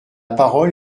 parole